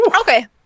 Okay